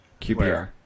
QPR